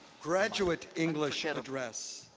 graduate english and address,